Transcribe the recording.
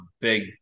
big